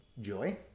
joy